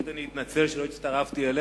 אני רוצה להתנצל על שלא הצטרפתי אליך.